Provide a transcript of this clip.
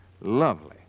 lovely